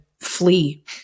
flee